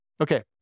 Okay